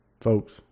folks